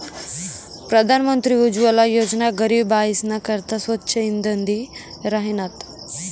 प्रधानमंत्री उज्वला योजना गरीब बायीसना करता स्वच्छ इंधन दि राहिनात